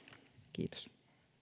kiitos